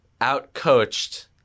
outcoached